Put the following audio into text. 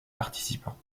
participants